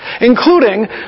including